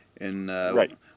right